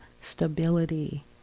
stability